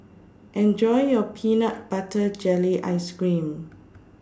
Enjoy your Peanut Butter Jelly Ice Cream